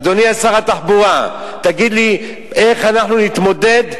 אדוני שר התחבורה, תגיד לי איך אנחנו נתמודד.